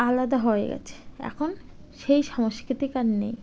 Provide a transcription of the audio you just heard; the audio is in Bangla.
আলাদা হয়ে গেছে এখন সেই সংস্কৃতি আর নেই